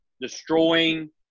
destroying